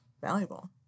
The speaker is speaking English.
valuable